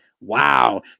Wow